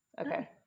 Okay